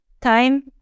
time